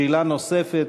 שאלה נוספת,